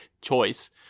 choice